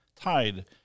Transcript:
tide